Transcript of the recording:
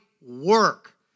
work